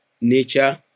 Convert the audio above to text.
nature